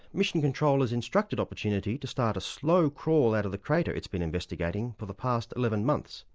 mission control has instructed opportunity to start a slow crawl out of the crater it's been investigating for the past eleven months